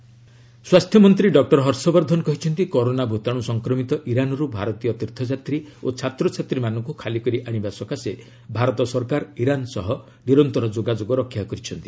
RS corona virus ସ୍ୱାସ୍ଥ୍ୟ ମନ୍ତ୍ରୀ doctor Harshvardhan କହିଛନ୍ତି କରୋନା ଭୂତାଣୁ ସଂକ୍ରମିତ ଇରାନରୁ ଭାରତୀୟ ତୀର୍ଥଯାତ୍ରୀ ଓ ଛାତ୍ରଛାତ୍ରୀମାନଙ୍କୁ ଖାଲିକରି ଆଣିବା ସକାଶେ ଭାରତ ସରକାର ଇରାନ୍ ସହ ନିରନ୍ତର ଯୋଗାଯୋଗ ରକ୍ଷା କରିଛନ୍ତି